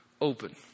open